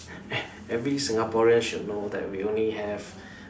every Singaporean should know that we only have